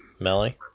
Melanie